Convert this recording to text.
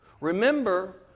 Remember